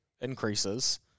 increases